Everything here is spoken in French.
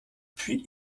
puis